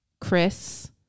Chris